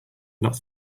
not